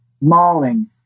mauling